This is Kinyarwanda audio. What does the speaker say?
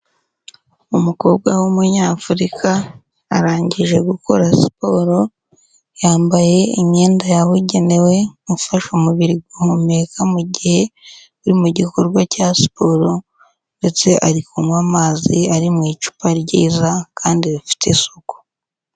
Umukobwa w'Umunyafurika arangije gukora siporo, yambaye imyenda yabugenewe ifasha umubiri guhumeka, mu gihe uri mu gikorwa cya siporo ndetse ari kunywa amazi ari mu icupa ryiza kandi rifite isuku.